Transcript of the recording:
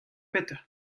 petra